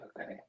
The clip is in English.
Okay